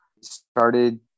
started